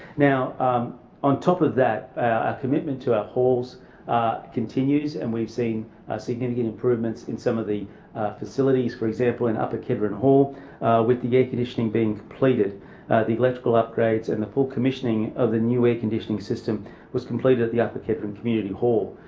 now on top of that, our commitment to our halls continues and we've seen significant improvements in some of the facilities for example in upper kedron hall with the the air-conditioning being completed. the electrical upgrades and the full commissioning of the new air-conditioning system was completed at the upper kedron community hall.